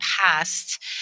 past